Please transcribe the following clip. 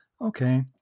Okay